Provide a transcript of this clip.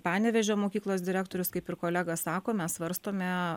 panevėžio mokyklos direktorius kaip ir kolega sako mes svarstome